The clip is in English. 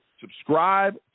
Subscribe